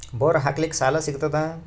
Bore ಹಾಕಲಿಕ್ಕ ಸಾಲ ಸಿಗತದ?